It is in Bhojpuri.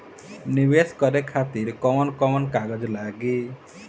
नीवेश करे खातिर कवन कवन कागज लागि?